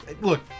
look